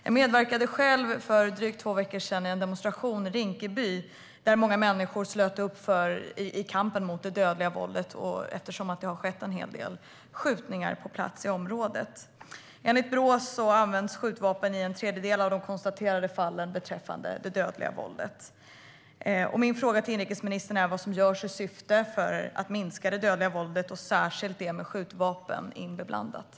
Jag medverkade själv för drygt två veckor sedan i en demonstration i Rinkeby, där många människor slöt upp i kampen mot det dödliga våldet eftersom det har skett en del skjutningar i området. Enligt Brå används skjutvapen i en tredjedel av de konstaterade fallen av dödligt våld. Min fråga till inrikesministern är vad som görs i syfte att minska det dödliga våldet, särskilt det med skjutvapen inblandade.